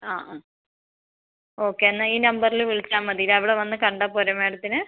ആ ആ ഓക്കെ എന്നാൽ ഈ നമ്പറിൽ വിളിച്ചാൽ മതിയല്ലെ അവിടെ വന്നു കണ്ടാൽ പോരെ മാഡത്തിനെ